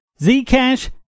Zcash